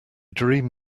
dream